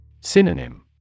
Synonym